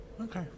Okay